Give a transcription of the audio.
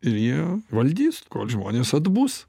ir jie valdys kol žmonės atbus